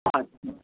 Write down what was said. আচ্ছা